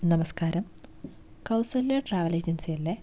നമസ്കാരം Kausalya travel agency അല്ലെ